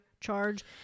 charge